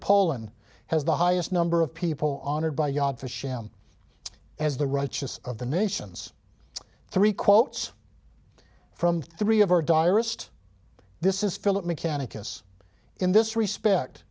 poland has the highest number of people honored by yob the sham as the righteous of the nations three quotes from three of our direst this is philip mechanic yes in this respect